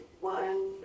one